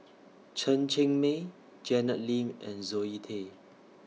Chen Cheng Mei Janet Lim and Zoe Tay